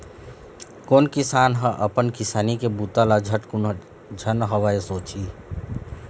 कोन किसान ह अपन किसानी के बूता ल झटकुन झन होवय सोचही